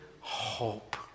hope